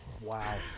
Wow